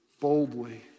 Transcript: boldly